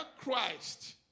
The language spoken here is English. Christ